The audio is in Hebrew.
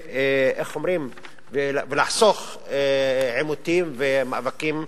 ונחסוך עימותים ומאבקים,